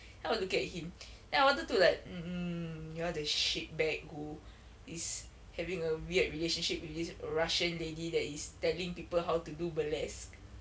then I was looking at him then I wanted to like um you're the shit bag who is having a weird relationship with this russian lady that is telling people how to do burlesque